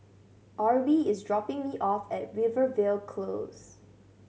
Arbie is dropping me off at Rivervale Close